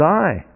die